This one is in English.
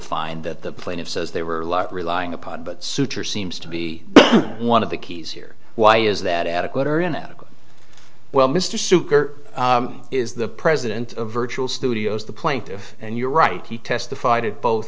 find that the plaintiffs as they were relying upon but souter seems to be one of the keys here why is that adequate or inadequate well mr sucre is the president of virtual studios the plaintiff and you're right he testified of both